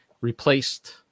replaced